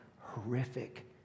horrific